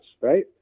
right